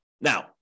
Now